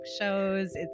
shows